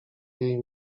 jej